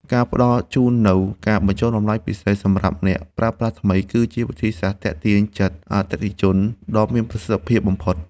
ការផ្ដល់ជូននូវការបញ្ចុះតម្លៃពិសេសសម្រាប់អ្នកប្រើប្រាស់ថ្មី គឺជាវិធីសាស្ត្រទាក់ទាញចិត្តអតិថិជនដ៏មានប្រសិទ្ធភាពបំផុត។